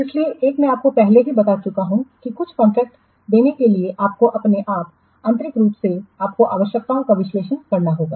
इसलिए एक मैं आपको पहले ही बता चुका हूं कि कुछ कॉन्ट्रैक्ट देने के लिए आपको अपने आप आंतरिक रूप से आपको आवश्यकताओं का विश्लेषण करना होगा